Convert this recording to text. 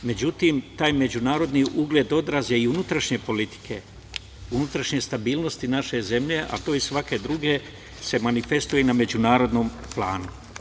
Međutim, taj međunarodni ugled odraz je i unutrašnje politike, unutrašnje stabilnosti naše zemlje, a to i svake druge se manifestuje na međunarodnom planu.